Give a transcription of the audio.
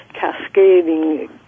cascading